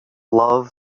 love